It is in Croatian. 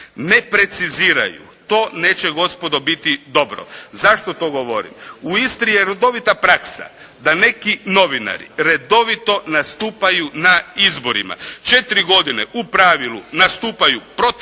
ne preciziraju to neće gospodo biti dobro. Zašto to govorim? U Istri je redovita praksa da neki novinari redovito nastupaju na izborima. Četiri godine u pravilu nastupaju protiv